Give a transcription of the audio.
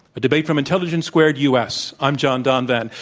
a debate from intelligence squared u. s. i'm john donvan.